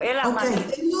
אנחנו